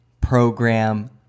program